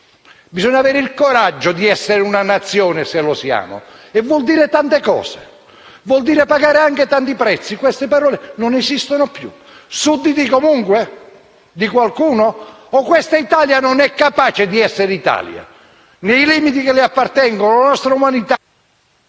Bisogna avere il coraggio di essere una Nazione, se lo siamo. E ciò vuole dire tante cose; vuol dire pagare anche tanti prezzi. Queste parole non esistono più. Sudditi comunque di qualcuno o questa Italia non è capace di essere Italia? Nei limiti che le appartengono, la nostra umanità